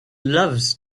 loves